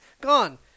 Gone